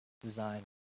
design